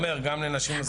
האלה.